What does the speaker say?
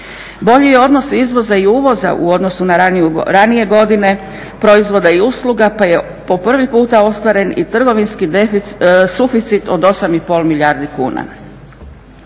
Bolji je odnos izvoza i uvoza u odnosu na ranije godine proizvoda i usluga, pa je po prvi puta ostvaren i trgovinski suficit od 8 i pol milijardi kuna.